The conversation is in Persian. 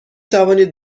توانید